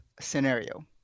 scenario